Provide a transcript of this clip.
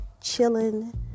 chilling